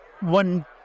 one